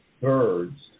birds